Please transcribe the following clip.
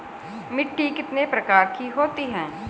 मिट्टी कितने प्रकार की होती हैं?